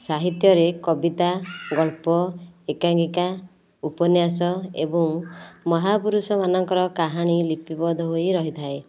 ସାହିତ୍ୟରେ କବିତା ଗପ ଏକାକିଙ୍କା ଉପନ୍ୟାସ ଏବଂ ମହାପୁରୁଷ ମାନଙ୍କର କାହାଣୀ ଲିପିବଦ୍ଧ ହୋଇ ରହିଥାଏ